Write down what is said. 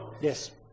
Yes